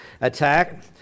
attack